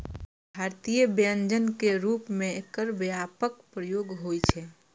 भारतीय व्यंजन के रूप मे एकर व्यापक प्रयोग होइ छै